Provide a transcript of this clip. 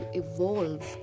evolve